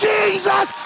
Jesus